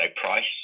price